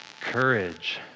courage